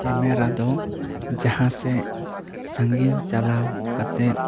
camera ᱫᱚ ᱡᱟᱦᱟᱸ ᱥᱮ ᱥᱟ ᱜᱤᱱ ᱪᱟᱞᱟᱣ ᱠᱟᱛᱮᱜ